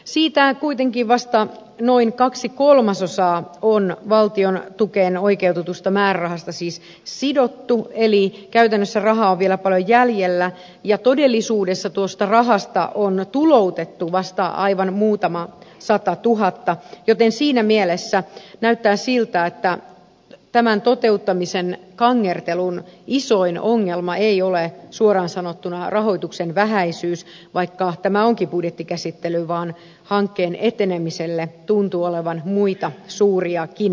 siitä kuitenkin vasta noin kaksi kolmasosaa on valtiontukeen oikeutetusta määrärahasta siis sidottu eli käytännössä rahaa on vielä paljon jäljellä ja todellisuudessa tuosta rahasta on tuloutettu vasta aivan muutama satatuhatta joten siinä mielessä näyttää siltä että tämän toteuttamisen kangertelun isoin ongelma ei ole suoraan sanottuna rahoituksen vähäisyys vaikka tämä onkin budjettikäsittely vaan hankkeen etenemiselle tuntuu olevan muita suuriakin hidasteita